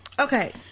Okay